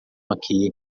aqui